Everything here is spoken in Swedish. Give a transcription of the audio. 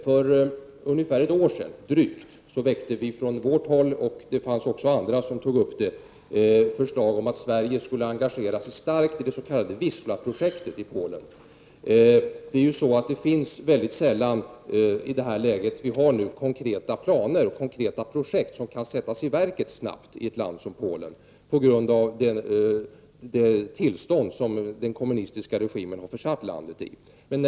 För drygt ett år sedan väckte vi, och även andra, förslag om att Sverige skulle engagera sig starkt i det s.k. Wista-projektet i Polen. Det finns ju väldigt sällan, i det läge som vi nu befinner oss i, konkreta planer och konkreta projekt som snabbt kan sättas i verket i ett land som Polen, på grund av det tillstånd som den kommunistiska regimen har försatt landet i.